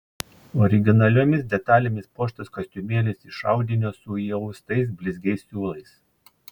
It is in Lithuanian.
originaliomis detalėmis puoštas kostiumėlis iš audinio su įaustais blizgiais siūlais